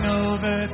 over